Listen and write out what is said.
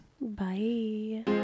Bye